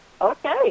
Okay